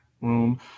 room